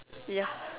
ya